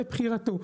לבחירתו.